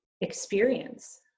experience